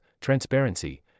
transparency